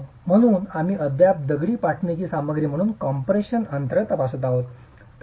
म्हणून आम्ही अद्याप दगडी पाटणीची सामग्री म्हणून कम्प्रेशन अंतर्गत तपासत आहोत